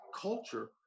culture